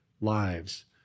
lives